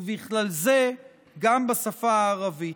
ובכלל זה גם בשפה הערבית.